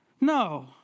No